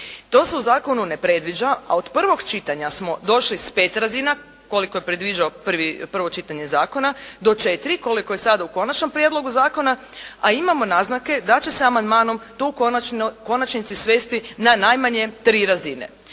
To se u zakonu ne predviđa, a od prvog čitanja smo došli s 5 razina, koliko je predviđalo prvo čitanje zakona do 4, koliko je sada u konačnom prijedlogu zakona, a imamo naznake da će se amandmanom to u konačnici svesti na najmanje 3 razine.